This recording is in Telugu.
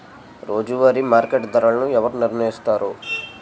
రోజువారి మార్కెట్ ధరలను ఎవరు నిర్ణయిస్తారు?